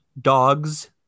dogs